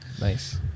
Nice